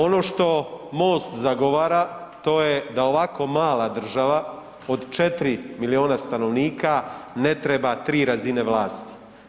Ono što MOST zagovara to je da ovako mala država od 4 milijuna stanovnika ne treba 3 razine vlasti.